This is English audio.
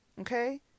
okay